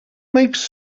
makes